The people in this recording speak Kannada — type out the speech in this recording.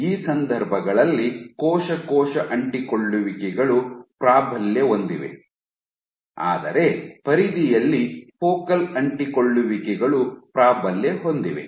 ಈ ಸಂದರ್ಭಗಳಲ್ಲಿ ಕೋಶ ಕೋಶ ಅಂಟಿಕೊಳ್ಳುವಿಕೆಗಳು ಪ್ರಾಬಲ್ಯ ಹೊಂದಿವೆ ಆದರೆ ಪರಿಧಿಯಲ್ಲಿ ಫೋಕಲ್ ಅಂಟಿಕೊಳ್ಳುವಿಕೆಗಳು ಪ್ರಾಬಲ್ಯ ಹೊಂದಿವೆ